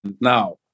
now